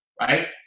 right